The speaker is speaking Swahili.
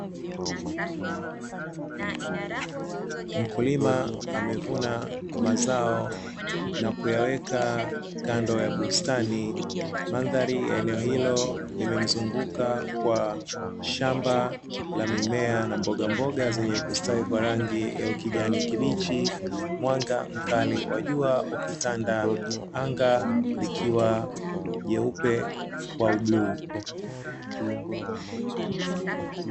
Mkulima amevuna mazao na kuyaweka kando ya bustani, mandhari ya eneo hilo limemzunguka kwa shamba la mimea na mbogamboga zenye kustawi kwa rangi ya kijani kibichi; mwanga mkali wa jua ukitanda, anga likiwa jeupe kwa ubluu.